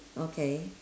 okay